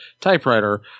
typewriter